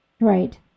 Right